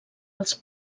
als